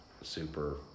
super